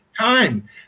time